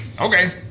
Okay